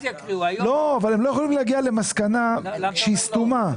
הם לא יכולים להגיע למסקנה שהיא סתומה.